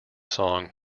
song